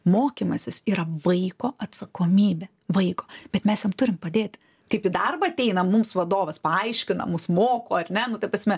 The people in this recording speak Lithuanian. mokymasis yra vaiko atsakomybė vaiko bet mes jam turim padėti kaip į darbą ateina mums vadovas paaiškina mus moko ir ne nu ta prasme